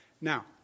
Now